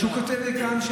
הוא כותב לי כאן,